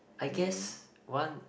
I guess one